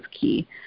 key